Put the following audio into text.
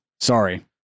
sorry